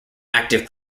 active